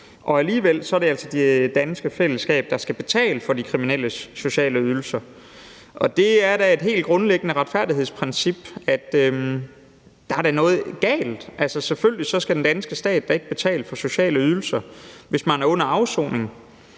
Alligevel er det altså det danske fællesskab, der skal betale for de kriminelles sociale ydelser, og det er da et brud på et helt grundlæggende retfærdighedsprincip. Der er da noget galt. Selvfølgelig skal den danske stat ikke betale for sociale ydelser, hvis man er under afsoning.